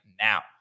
now